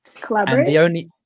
Collaborate